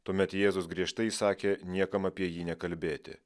tuomet jėzus griežtai įsakė niekam apie jį nekalbėti